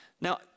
Now